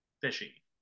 fishy